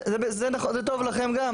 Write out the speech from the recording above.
זה טוב לכם גם?